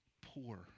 poor